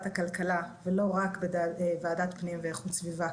הכלכלה ולא רק בוועדת הפנים ואיכות הסביבה,